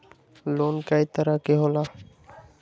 Loan कय तरह के होला?